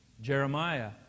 Jeremiah